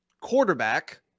quarterback